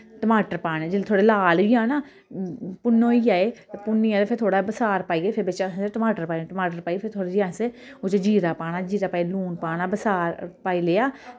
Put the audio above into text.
टमाटर पाने जेल्लै थोह्ड़े लाल होई जान ना भनोई जाये भुन्नियै ते फिरथोह्ड़ा बसार पाइयै फिर बिच असैं टमाटर पाने टमाटर पाइयै फिर थोह्ड़े जेई अस ओह्दे च जीरा पाना जीरा पाइयै लून पाना बसार पाई लेआ